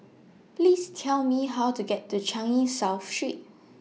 Please Tell Me How to get to Changi South Street